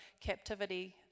captivity